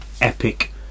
epic